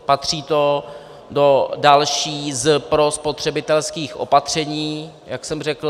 Patří to do dalších ze spotřebitelských opatření, jak jsem řekl.